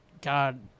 God